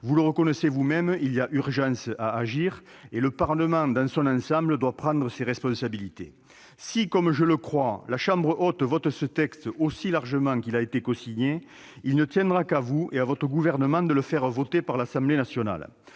Vous le reconnaissez vous-même, il y a urgence à agir, et le Parlement dans son ensemble doit prendre ses responsabilités. Si, comme je le crois, la chambre haute adopte ce texte aussi largement qu'il a été cosigné, il ne tiendra qu'à vous et au gouvernement dont vous êtes membre de le faire voter par l'Assemblée nationale.